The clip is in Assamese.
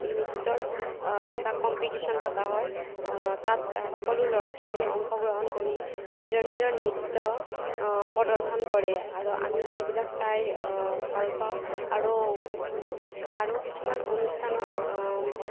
নৃত্যৰ এটা কম্পিডিচন পতা হয় তাত সকলো ল'ৰা ছোৱালীয়ে অংশগ্ৰহণ কৰি নিজৰ নিজৰ নৃত্য প্ৰদৰ্শন কৰে আৰু আমি সেইবিলাক চাই ভাল পাওঁ আৰু আৰু কিছুমান অনুষ্ঠানত